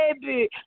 baby